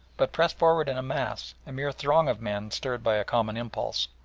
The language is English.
but pressed forward in a mass, a mere throng of men stirred by a common impulse.